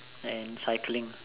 and cycling